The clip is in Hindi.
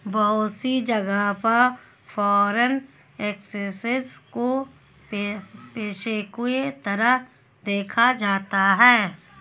बहुत सी जगह पर फ़ोरेन एक्सचेंज को पेशे के तरह देखा जाता है